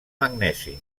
magnesi